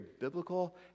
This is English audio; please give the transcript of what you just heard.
biblical